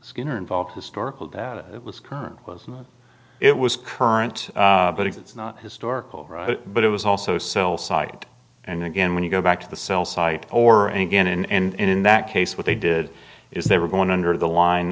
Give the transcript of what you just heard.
skinner involved historical data it was current wasn't it was current but it's not historical but it was also cell site and again when you go back to the cell site or and get in and in that case what they did is they were going under the line